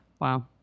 Wow